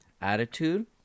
attitude